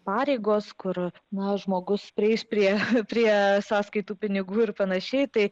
pareigos kur na žmogus prieis prie prie sąskaitų pinigų ir panašiai tai